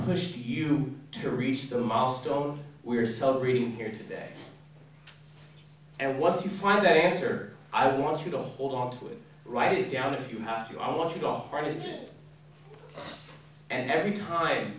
pushed you to reach the milestone we're celebrating here today and once you find that answer i want you to hold on to it write it down if you have to or want to go off artist and every time